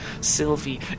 sylvie